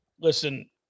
Listen